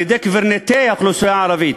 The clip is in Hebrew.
על דעת קברניטי האוכלוסייה הערבית,